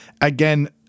again